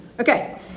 Okay